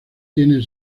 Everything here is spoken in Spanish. tienen